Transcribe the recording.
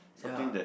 ya